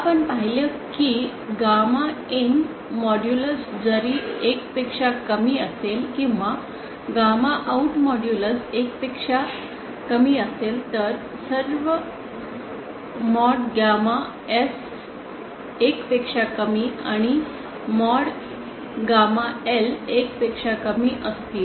आपण पाहिले की गॅमा IN मॉड्यूलस जरी 1 पेक्षा कमी असेल किंवा गॅमा आउट मॉड्यूलस 1 पेक्षा कमी असेल तर सर्व मॉड गामा S 1 पेक्षा कमी आणि मॉड गामा L 1 पेक्षा कमी असतील